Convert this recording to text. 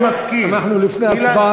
בשלוש קריאות בכנסת, להקים שידור ציבורי